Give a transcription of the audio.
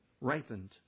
Ripened